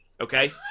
okay